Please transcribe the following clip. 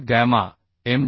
त्या gamma M